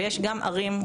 ויש גם ערים,